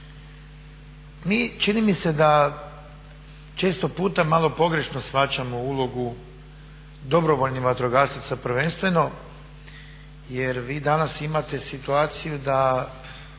Mi čini mi se da često puta malo pogrešno shvaćamo ulogu dobrovoljnih vatrogasaca prvenstveno, jer vi danas imate situaciju da